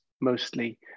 mostly